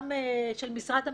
גם של משרד המשפטים,